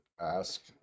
ask